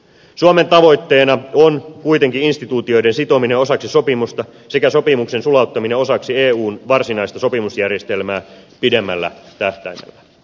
suomen tavoitteena on kuitenkin instituutioiden sitominen osaksi sopimusta sekä sopimuksen sulauttaminen osaksi eun varsinaista sopimusjärjestelmää pidemmällä tähtäimellä